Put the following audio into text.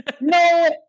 No